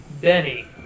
Benny